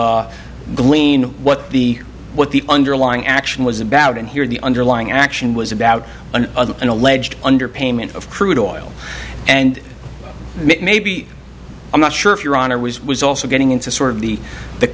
glean what the what the underlying action was about and here the underlying action was about an alleged underpayment of crude oil and maybe i'm not sure if your honor was was also getting into sort of the the